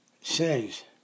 says